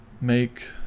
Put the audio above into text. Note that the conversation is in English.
make